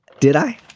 did i.